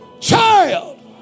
child